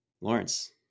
Lawrence